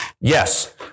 Yes